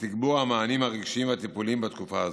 לתגבור המענים הרגשיים והטיפוליים בתקופה הזאת.